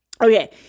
okay